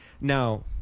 Now